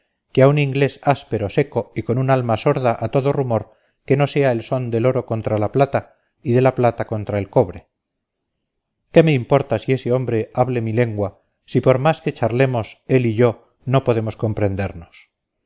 que a un inglés áspero seco y con un alma sorda a todo rumor que no sea el son del oro contra la plata y de la plata contra el cobre qué me importa que ese hombre hable mi lengua si por más que charlemos él y yo no podemos comprendernos